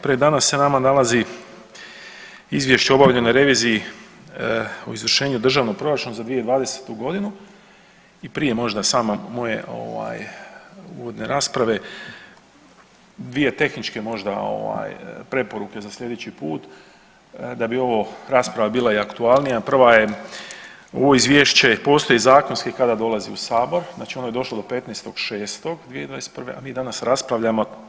Pred danas se nama nalazi Izvješće o obavljenoj reviziji o izvršenju državnog proračuna 2020.g. i prije možda samo moje uvodne rasprave dvije tehničke možda preporuke za sljedeći put, da bi ovo rasprava bila i aktualnija, prva je ovo izvješće postoji zakonski kada dolazi u sabor, znači ono je došlo do 15.6.2021., a mi danas raspravljamo.